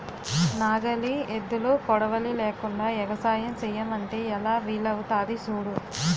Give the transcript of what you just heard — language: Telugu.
నాగలి, ఎద్దులు, కొడవలి లేకుండ ఎగసాయం సెయ్యమంటే ఎలా వీలవుతాది సూడు